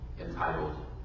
entitled